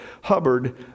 Hubbard